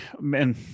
man